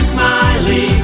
Smiley